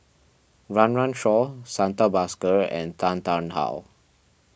Run Run Shaw Santha Bhaskar and Tan Tarn How